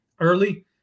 early